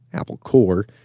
apple corps,